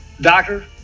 doctor